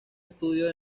estudios